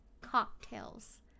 cocktails